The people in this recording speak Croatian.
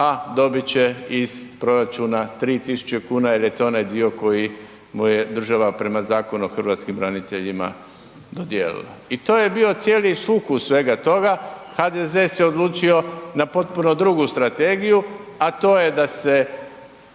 a dobit će iz proračuna 3 000 kuna jer je to onaj dio koji mu je država prema Zakonu o hrvatskim braniteljima dodijelila. I to je bila cijeli sukus svega toga, HDZ se odlučio na potpuno drugu strategiju, a to je da se